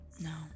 no